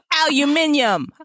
aluminium